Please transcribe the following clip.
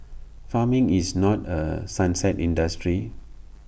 farming is not A sunset industry